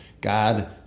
God